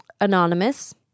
Anonymous